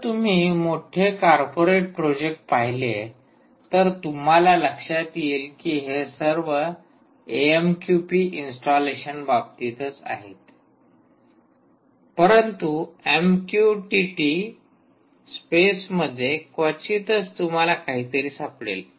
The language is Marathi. जर तुम्ही मोठे कार्पोरेट प्रोजेक्ट पाहिले तर तुम्हाला लक्षात येईल की हे सर्व एएमक्यूपी इन्स्टॉलेशन बाबतीतच आहेत परंतु एमक्यूटीटी स्पेसमध्ये क्वचितच तुम्हाला काहीतरी सापडेल